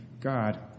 God